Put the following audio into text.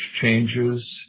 changes